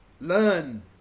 learn